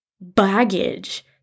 baggage